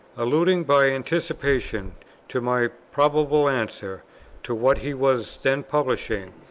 alluding by anticipation to my probable answer to what he was then publishing,